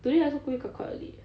today I also wake up quite early